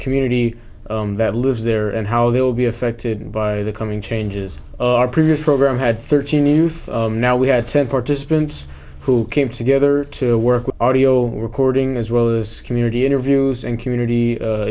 community that lives there and how they will be affected by the coming changes our previous program had thirty news now we had ten participants who came together to work with audio recording as well as community interviews and community